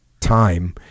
Time